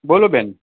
બોલો બેન